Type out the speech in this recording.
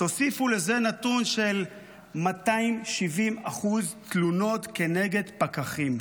תוסיפו לזה נתון של 270% תלונות כנגד פקחים.